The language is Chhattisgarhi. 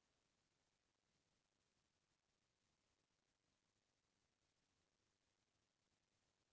तिलि के बोआई के पहिली माटी के कइसन प्रकार के उपचार करे बर परही?